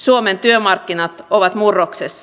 suomen työmarkkinat ovat murroksessa